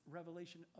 revelation